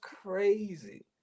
crazy